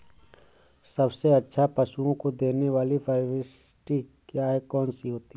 सबसे अच्छा पशुओं को देने वाली परिशिष्ट क्या है? कौन सी होती है?